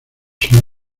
sede